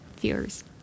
viewers